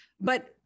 But-